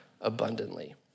abundantly